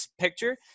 picture